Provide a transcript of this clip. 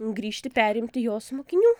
grįžti perimti jos mokinių